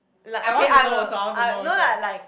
like okay I'm a I no lah like